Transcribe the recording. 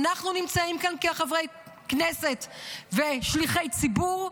אנחנו נמצאים כאן כחברי כנסת ושליחי ציבור,